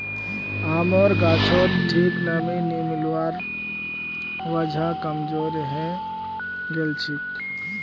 आमेर गाछोत ठीक नमीं नी मिलवार वजह कमजोर हैं गेलछेक